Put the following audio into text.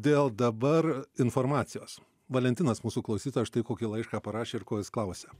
dėl dabar informacijos valentinas mūsų klausytojas štai kokį laišką parašė ir ko jis klausia